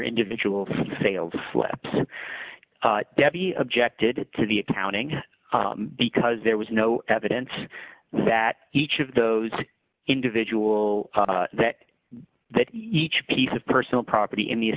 individual sales slips debbie objected to the accounting because there was no evidence that each of those individual that that each piece of personal property in the